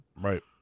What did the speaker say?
Right